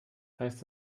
heißt